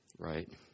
Right